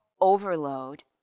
overload